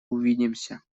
увидимся